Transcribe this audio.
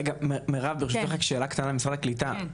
רגע מירב ברשותך רק שאלה קטנה למשרד העלייה והקליטה,